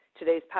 Today's